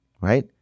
Right